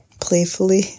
playfully